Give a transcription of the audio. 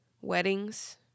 weddings